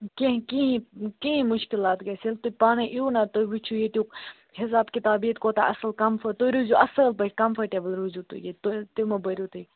کیٚنٛہہ کِہیٖنٛۍ کِہیٖنٛۍ مُشکِلات گَژھٮ۪و ییٚلہِ تُہۍ پانَے یِیِو نا تُہۍ وُچھِو ییٚتیُک حِساب کِتاب ییٚتہِ کوتاہ اَصٕل کَمفٲرٹ تُہۍ روٗزِو اَصٕل پٲٹھۍ کَمفٲٹیبٕل روٗزِو تُہۍ ییٚتہِ تُہۍ تہِ مٔہ بٔرِو تُہۍ